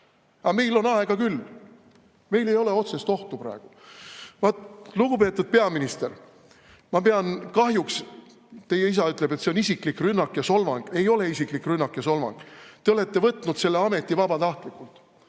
Aga meil on aega küll. Meil ei ole otsest ohtu praegu. Lugupeetud peaminister! Ma pean kahjuks ... Teie isa ütleb, et see on isiklik rünnak ja solvang. Ei ole isiklik rünnak ja solvang. Te olete võtnud selle ameti vabatahtlikult.